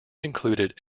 included